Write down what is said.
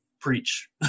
preach